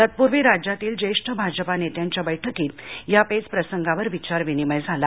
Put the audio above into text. तत्पुर्वी राज्यातील ज्येष्ठ भाजपा नेत्यांच्या बैठकीत या पेचप्रसंगावर विचारविनिमय झाला